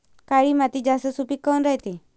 काळी माती जास्त सुपीक काऊन रायते?